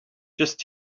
just